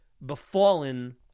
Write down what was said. befallen